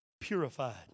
purified